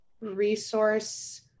resource